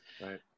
Right